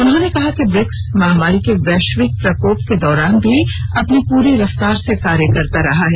उन्होंने कहा कि ब्रिक्स महामारी के वैश्विक प्रकोप के दौरान भी अपनी पूरी रफ्तार से कार्य करता रहा है